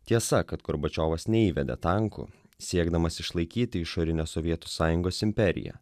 tiesa kad gorbačiovas neįvedė tankų siekdamas išlaikyti išorinę sovietų sąjungos imperiją